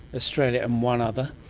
australia and one other.